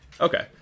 Okay